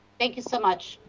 thank you so much.